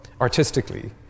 artistically